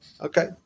Okay